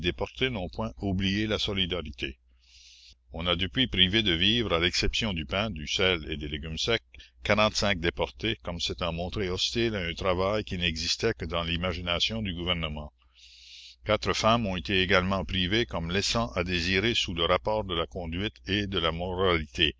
n'ont point oublié la solidarité on a depuis privé de vivres à l'exception du pain du sel et des légumes secs quarante-cinq déportés comme s'étant montrés hostiles à un travail qui n'existait que dans l'imagination du gouvernement quatre femmes ont été également privées comme laissant à désirer sous le rapport de la conduite et de la moralité